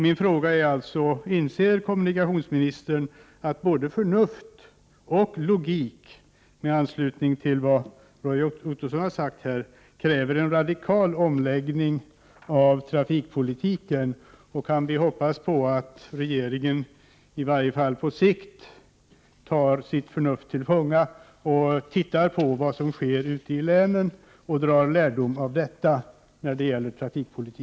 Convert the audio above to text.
Min fråga är: Inser kommunikationsministern att det med hänsyn till både förnuft och logik, i anslutning till vad Roy Ottosson har sagt, krävs en radikal omläggning av trafikpolitiken? Kan vi hoppas att regeringen, åtminstone på sikt, tar sitt förnuft till fånga och ser över vad som sker i länen när det gäller trafikpolitiken och drar lärdom av detta?